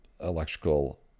electrical